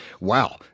Wow